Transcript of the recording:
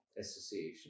association